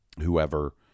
Whoever